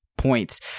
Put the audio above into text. Points